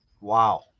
Wow